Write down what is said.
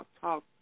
Talk